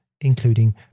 including